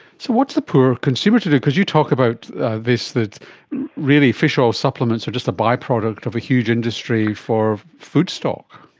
so what's the poor consumer to do? because you talk about this, that really fish oil supplements are just a by-product of a huge industry for food stock.